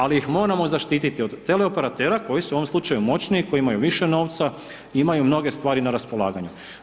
Ali ih moramo zaštititi od teleoperatera koji su u ovom slučaju moćniji, koji imaju više novca, imaju mnoge stvari na raspolaganju.